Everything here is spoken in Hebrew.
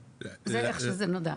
ככה זה נודע.